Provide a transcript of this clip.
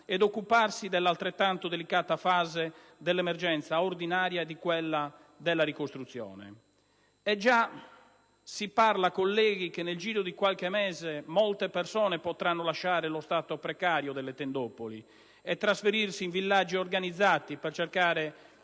ed occuparsi dell'altrettanto delicata fase dell'emergenza ordinaria e di quella della ricostruzione. E già si dice, colleghi, che nel giro di qualche mese molte persone potranno lasciare lo stato precario delle tendopoli e trasferirsi in villaggi organizzati per cercare